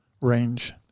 range